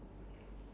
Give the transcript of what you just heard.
yes